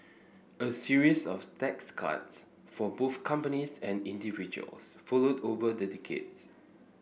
a series of tax cuts for both companies and individuals followed over the decades